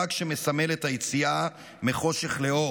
חג שמסמל את היציאה מחושך לאור,